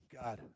God